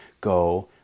go